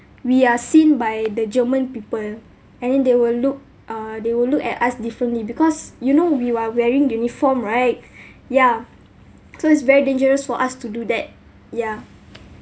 we are seen by the german people and then they will look uh they will look at us differently because you know we are wearing uniform right yeah so it's very dangerous for us to do that yeah